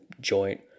joint